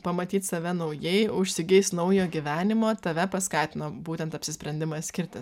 pamatyt save naujai užsigeist naujo gyvenimo tave paskatino būtent apsisprendimas skirtis